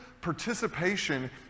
participation